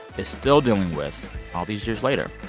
is still dealing with all these years later.